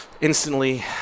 Instantly